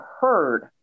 heard